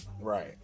Right